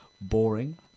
boring